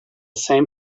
same